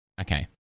Okay